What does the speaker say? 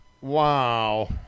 Wow